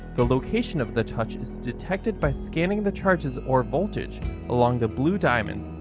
the location of the touch is detected by scanning the charges or voltage along the blue diamond